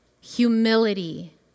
Humility